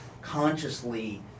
consciously